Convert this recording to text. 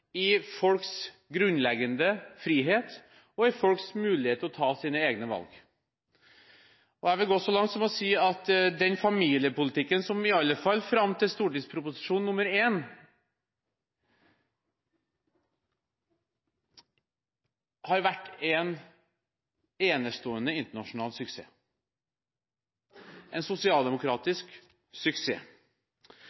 i folks grunnleggende frihet og i folks mulighet til å ta sine egne valg. Jeg vil gå så langt som å si at familiepolitikken, iallfall fram til Prop. 1 S, har vært en enestående internasjonal suksess, en